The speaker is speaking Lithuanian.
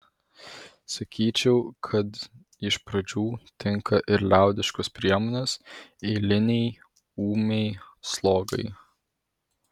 sakyčiau kad iš pradžių tinka ir liaudiškos priemonės eilinei ūmiai slogai